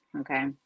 okay